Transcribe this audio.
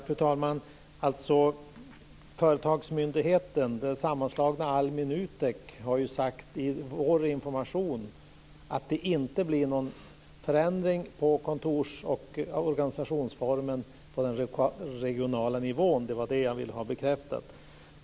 Fru talman! Företagsmyndigheten - det sammanslagna ALMI och NUTEK - sade i informationen till oss att det inte skulle ske någon förändring med kontors och organisationsformen på den regionala nivån, det var det jag ville ha bekräftat.